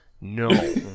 No